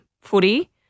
footy